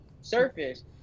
surface